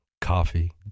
Coffee